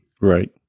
Right